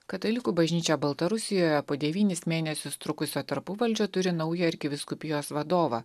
katalikų bažnyčia baltarusijoje po devynis mėnesius trukusio tarpuvaldžio turi naują arkivyskupijos vadovą